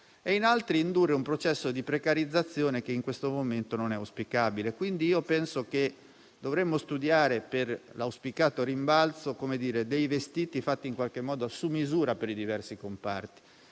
e in altri indurre un processo di precarizzazione, che in questo momento non è auspicabile. Quindi penso che dovremmo studiare, per l'auspicato rimbalzo, dei "vestiti" fatti in qualche modo su misura per i diversi comparti.